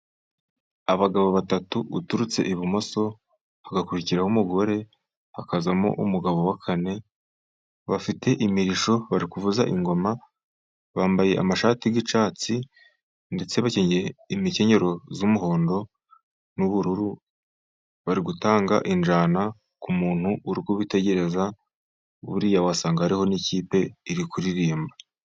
Abagabo batatu uturutse ibumoso, hagakurikiraho umugore, hakazamo umugabo wa kane, bafite imirishyo bari kuvuza ingoma. Bambaye amashati y'icyatsi, ndetse bakenyeye imikenyero y'umuhondo n'ubururu. Bari gutanga injyana ku muntu uri kibitegereza, buriya wasanga hariho n'ikipe iri kuririmba.